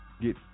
get